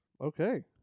okay